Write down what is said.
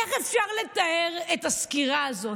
איך אפשר לתאר את הסקירה הזאת,